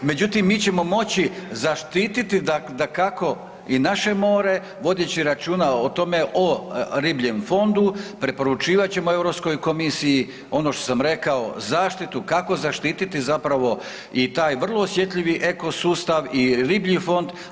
Međutim, mi ćemo moći zaštititi dakako i naše more vodeći računa o tome, o ribljem fondu, preporučivat ćemo Europskoj komisiji ono što sam rekao zaštitu kako zaštiti zapravo i taj vrlo osjetljivi ekosustav i riblji fond.